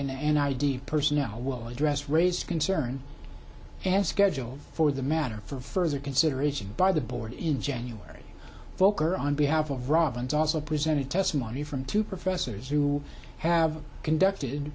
and id personnel will address raise concerns as scheduled for the matter for further consideration by the board in january bowker on behalf of rob and also presented testimony from two professors who have conducted